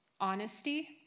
honesty